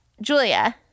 Julia